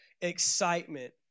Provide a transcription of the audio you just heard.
excitement